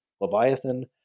leviathan